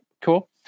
Cool